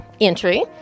entry